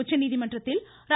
உச்சநீதிமன்றத்தில் ர